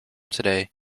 today